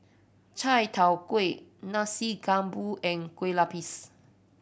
Chai Tow Kuay Nasi Campur and Kueh Lupis